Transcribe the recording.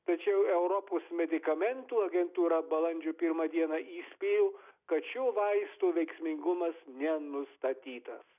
tačiau europos medikamentų agentūra balandžio pirmą dieną įspėjo kad šių vaistų veiksmingumas nenustatytas